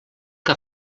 que